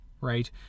right